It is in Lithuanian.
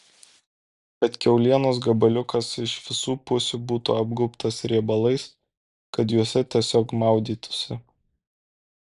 kad kiaulienos gabaliukas iš visų pusių būtų apgaubtas riebalais kad juose tiesiog maudytųsi